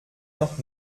noch